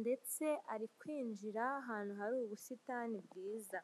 ndetse ari kwinjira ahantu hari ubusitani bwiza.